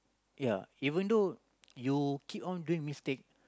ya even though you keep on doing mistake